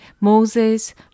Moses